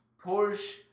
Porsche